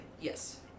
Yes